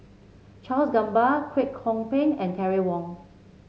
Charles Gamba Kwek Hong Png and Terry Wong